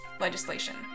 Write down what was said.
legislation